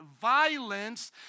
violence